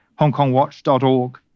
HongKongWatch.org